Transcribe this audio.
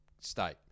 state